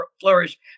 flourish